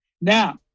Now